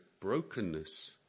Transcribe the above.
brokenness